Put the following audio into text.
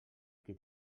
qui